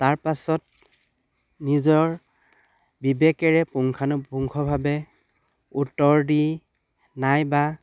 তাৰপাছত নিজৰ বিবেকেৰে পুংখানুপুংখভাৱে উত্তৰ দি নাইবা